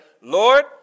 Lord